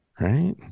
right